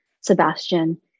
Sebastian